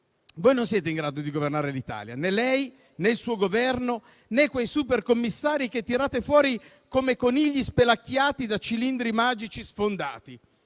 voi non siete in grado di governare l'Italia, né lei, né il suo Governo, né quei super commissari che tirate fuori come conigli spelacchiati da cilindri magici sfondati.